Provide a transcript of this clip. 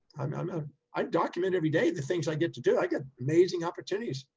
um um ah i document every day the things i get to do, i got amazing opportunities.